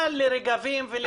מה לרגבים ולגל המעצרים?